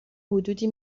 حدودی